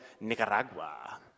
Nicaragua